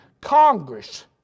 Congress